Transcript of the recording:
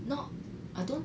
no I don't